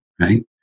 right